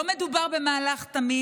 לא מדובר במהלך תמים.